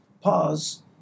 pause